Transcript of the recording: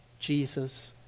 Jesus